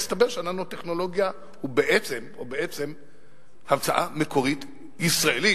מסתבר שהננו-טכנולוגיה היא בעצם המצאה מקורית ישראלית,